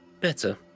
Better